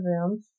room